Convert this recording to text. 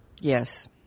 Yes